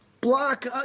block –